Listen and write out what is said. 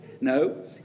No